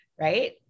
right